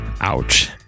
Ouch